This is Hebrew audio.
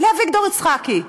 לאביגדור יצחקי.